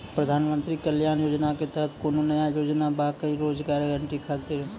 प्रधानमंत्री कल्याण योजना के तहत कोनो नया योजना बा का रोजगार गारंटी खातिर?